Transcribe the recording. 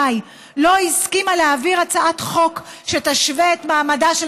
לא הסכימה להעביר הצעת חוק שתשווה את מעמדה של